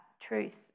truth